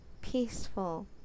peaceful